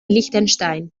liechtenstein